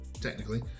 technically